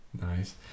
Nice